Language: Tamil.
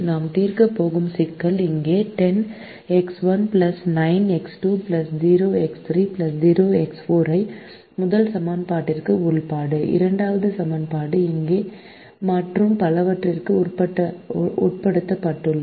நாம் தீர்க்கப் போகும் சிக்கல் இங்கே 10X1 9X2 0X3 0X4 ஐ முதல் சமன்பாட்டிற்கு உட்பட்டு இரண்டாவது சமன்பாடு இங்கே மற்றும் பலவற்றிற்கு உட்படுத்தப்பட்டுள்ளது